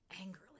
angrily